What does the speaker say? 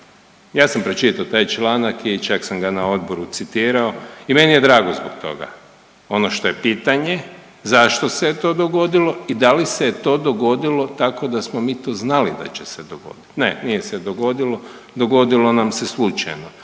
Ja sam pročitao taj članak i čak sam ga na odboru citirao i meni je drago zbog toga. Ono što je pitanje zašto se je to dogodilo i da li se je to dogodilo tako da smo mi to znali da će se dogodit? Ne, nije se dogodilo, dogodilo nam se slučajno,